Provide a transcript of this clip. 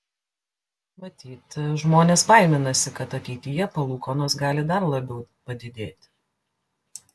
matyt žmonės baiminasi kad ateityje palūkanos gali dar labiau padidėti